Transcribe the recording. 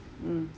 mm